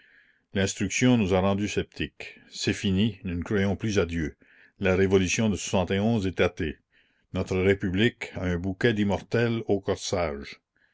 l'instruction nous a rendus sceptiques c'est fini nous ne croyons plus à dieu la révolution de est athée notre république a un bouquet d'immortelles au corsage